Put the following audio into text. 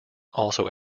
also